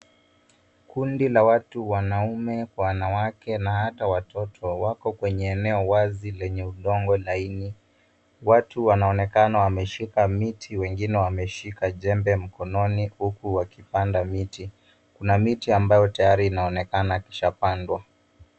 Kundi la watu, wanaume kwa wanawake na hata watoto wako kwenye eneo wazi lenye udongo laini. Watu wanaonekana wameshika miti wengine wameshika jembe mkononi huku wakipanda miti. Kuna miti ambayo tayari inaonekana ishapandwa.